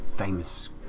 famous